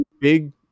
big